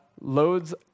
loads